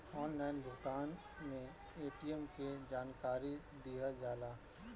Online भुगतान में ATM के जानकारी दिहल जाला?